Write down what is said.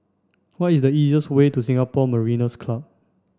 what is the easiest way to Singapore Mariners Club